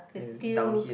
the steel